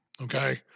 okay